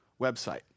website